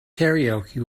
karaoke